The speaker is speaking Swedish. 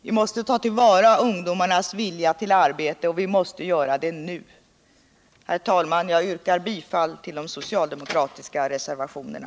Vi måste ta till vara ungdomens vilja ull arbete, och vi måste göra det nu. Herr talman! Jag yrkar bifall till de socialdemokratiska reservationerna.